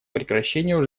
прекращению